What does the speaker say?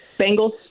Bengals